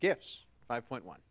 yes five point one